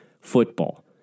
football